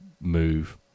move